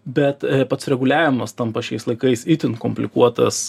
bet pats reguliavimas tampa šiais laikais itin komplikuotas